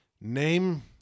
Name